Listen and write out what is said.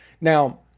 Now